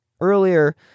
earlier